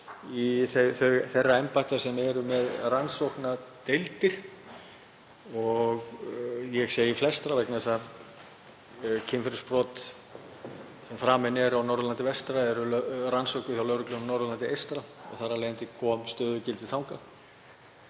þeirra embætta sem eru með rannsóknardeildir — og ég segi flestra vegna þess að kynferðisbrot sem framin eru á Norðurlandi vestra eru rannsökuð hjá lögreglunni á Norðurlandi eystra og þar af leiðandi kom stöðugildi þangað